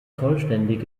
vollständig